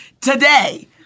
today